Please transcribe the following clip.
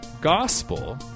gospel